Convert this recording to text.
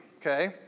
okay